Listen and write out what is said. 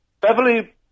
Beverly